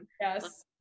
Yes